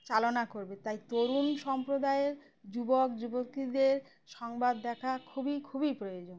চালনা করবে তাই তরুণ সম্প্রদায়ের যুবক যুবতীদের সংবাদ দেখা খুবই খুবই প্রয়োজন